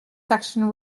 section